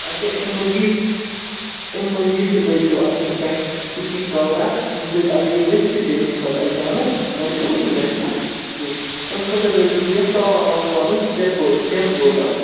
اچھا اَمہِ مزیٖد اَمہِ مزیٖد تہِ لٲگۍزیٚو اَتھ کیٚنٛہہ پیٚٹھٕ سُہ کیٚنٛہہ کَورا ییٚمہِ سۭتۍ اگر یہِ ؤسۍ تہِ پیٚیہِ کُنہِ ساتہٕ اچانَک مگر یہِ فُٹُن گَژھِنہٕ کیٚنٛہہ اَمہِ خٲطرٕ لٲگۍزیٚو تُہی اَتھ صاف پہنَس ٹیٚمہٕ ٹیٚمپٲڑ اکھ